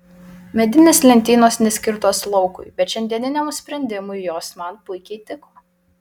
medinės lentynos neskirtos laukui bet šiandieniniam sprendimui jos man puikiai tiko